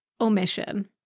omission